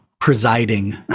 presiding